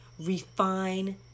Refine